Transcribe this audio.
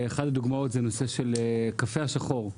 אחת הדוגמאות זה הנושא של הקפה השחור.